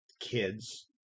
kids